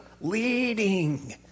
leading